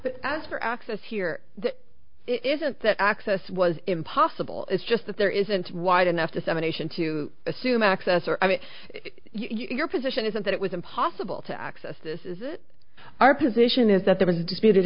but as for access here it isn't that access was impossible it's just that there isn't wide enough dissemination to assume access or i mean your position isn't that it was impossible to access this is it our position is that there was a disputed